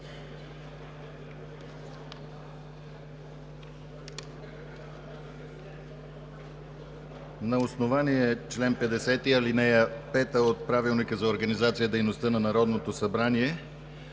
На основание чл. 50, ал. 5 от Правилника за организацията и дейността на Народното събрание